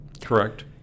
Correct